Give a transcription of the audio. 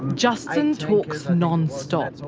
justin talks non-stop. so